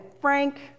Frank